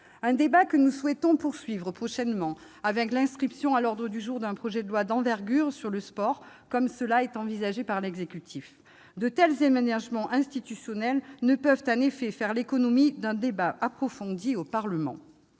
ce texte, et nous souhaitons le poursuivre prochainement avec l'inscription à l'ordre du jour d'un projet de loi d'envergure sur le sport, comme l'envisage l'exécutif. En effet, de tels aménagements institutionnels ne peuvent pas faire l'économie d'un débat approfondi au Parlement.